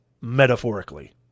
metaphorically